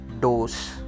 dose